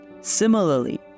Similarly